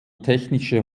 technische